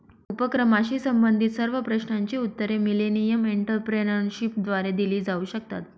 उपक्रमाशी संबंधित सर्व प्रश्नांची उत्तरे मिलेनियम एंटरप्रेन्योरशिपद्वारे दिली जाऊ शकतात